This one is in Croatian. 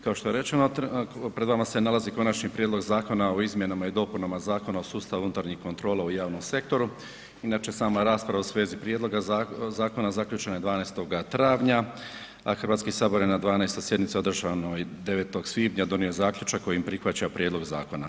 Kao što je rečeno, pred vama se nalazi Konačni prijedlog zakona o izmjenama i dopunama Zakona o sustavu unutarnjih kontrola u javnom sektoru, inače sama rasprava u svezi prijedloga zakona zaključena je 12. travnja a Hrvatski sabor je na 12. sjednici održanoj 9. svibnja donio zaključak kojim prihvaća prijedlog zakona.